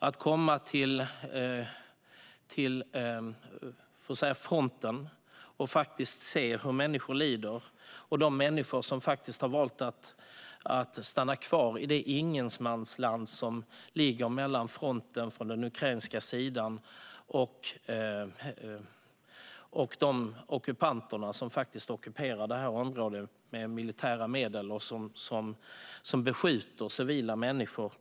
Vi kom till fronten och såg hur de människor lider som har valt att stanna kvar i det ingenmansland som ligger mellan fronten på den ukrainska sidan och ockupanterna, som faktiskt ockuperar området med militära medel och på daglig basis beskjuter civila människor.